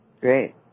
Great